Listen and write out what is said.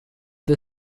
the